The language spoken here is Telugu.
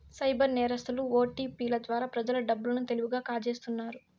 సైబర్ నేరస్తులు ఓటిపిల ద్వారా ప్రజల డబ్బు లను తెలివిగా కాజేస్తున్నారు